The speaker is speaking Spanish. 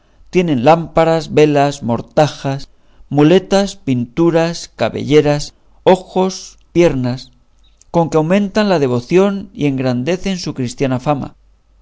tienen lámparas velas mortajas muletas pinturas cabelleras ojos piernas con que aumentan la devoción y engrandecen su cristiana fama